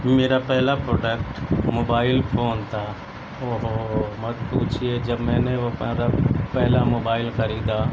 میرا پہلا product mobile phone تھا او ہو مت پوچھیے جب میں نے وہ پہلا پہلا موبائل خریدا